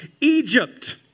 Egypt